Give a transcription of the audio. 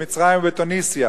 במצרים ובתוניסיה,